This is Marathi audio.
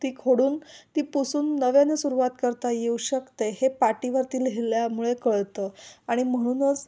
ती खोडून ती पुोसून नव्याने सुरवात करता येऊ शकते हे पाटीवरती लिहिल्यामुळे कळतं आणि म्हणूनच